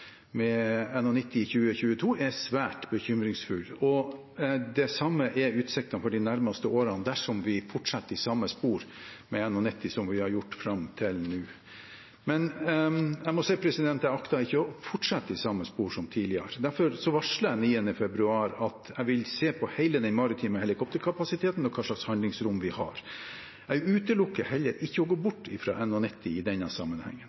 i 2022 er svært bekymringsfull, og det samme er utsiktene for de nærmeste årene dersom vi fortsetter i samme spor som vi har gjort fram til nå. Men jeg akter ikke å fortsette i samme spor som tidligere. Derfor varslet jeg 9. februar at jeg vil se på hele den maritime helikopterkapasiteten og hva slags handlingsrom vi har. Jeg utelukker heller ikke å gå bort fra NH90 i denne sammenhengen.